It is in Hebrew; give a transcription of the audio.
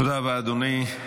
תודה רבה, אדוני.